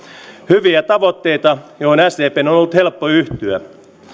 hyviä tavoitteita joihin sdpn on ollut helppo yhtyä